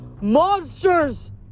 Monsters